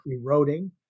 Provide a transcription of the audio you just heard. eroding